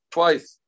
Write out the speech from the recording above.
Twice